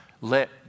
let